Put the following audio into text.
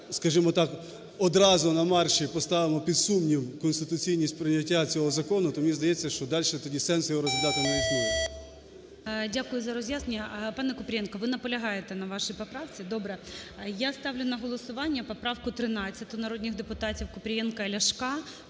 скажімо так, одразу на марші поставимо під сумнів конституційність прийняття цього закону, то мені здається, що дальше тоді сенсу його розглядати не існує. ГОЛОВУЮЧИЙ. Дякую за роз'яснення. Пане Купрієнко, ви наполягаєте на вашій поправці? Добре. Я ставлю на голосування поправку 13 народних депутатів Купрієнка і Ляшка.